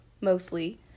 mostly